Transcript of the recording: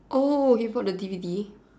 oh you bought the D_V_D